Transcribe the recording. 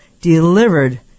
delivered